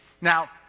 Now